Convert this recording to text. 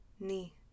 Knee